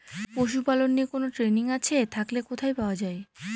পশুপালন নিয়ে কোন ট্রেনিং আছে থাকলে কোথায় পাওয়া য়ায়?